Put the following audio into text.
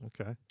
Okay